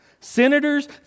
Senators